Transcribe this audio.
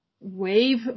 wave